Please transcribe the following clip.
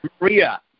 Maria